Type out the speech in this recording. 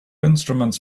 instruments